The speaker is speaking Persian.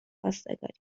خواستگاری